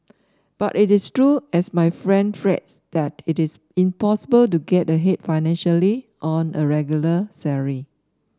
but is it true as my friend frets that it is impossible to get ahead financially on a regular salary